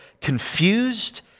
confused